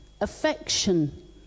affection